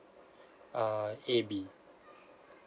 err A B